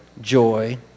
joy